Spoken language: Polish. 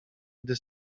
gdy